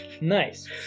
Nice